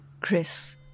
Chris